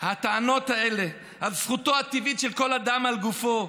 הטענות האלה על זכותו הטבעית של כל אדם על גופו,